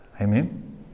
Amen